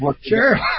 Sure